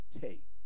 take